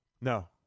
No